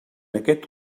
aquest